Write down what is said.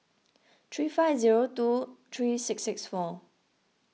three five zero two three six six four